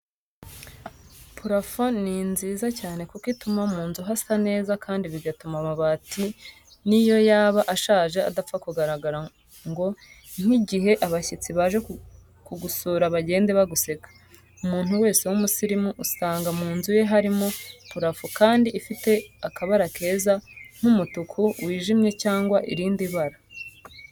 Purafo ni nziza cyane kuko ituma mu nzu hasa neza kandi bigatuma amabati niyo yaba ashaje adapfa kugaragara ngo nk'igihe abashyitsi baje kugusura bagende baguseka. Umuntu wese w'umusirimu usanga mu nzu ye harimo purafo kandi ifite akabara keza nk'umutuku wijimye cyangwa irindi bara.